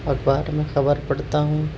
اخبار میں خبر پڑھتا ہوں